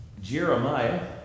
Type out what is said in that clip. Jeremiah